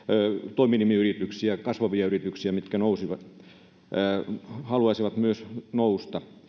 toiminimiyrityksiä kasvavia yrityksiä mitkä haluaisivat myös nousta